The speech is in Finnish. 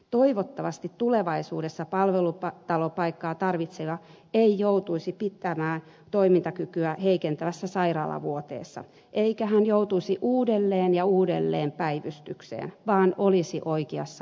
toivottavasti tulevaisuudessa palvelutalopaikkaa tarvitsevaa ei jouduttaisi pitämään toimintakykyä heikentävässä sairaalavuoteessa eikä hän joutuisi uudelleen ja uudelleen päivystykseen vaan olisi oikeassa paikassa